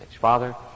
Father